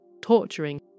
torturing